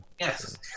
Yes